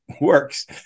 works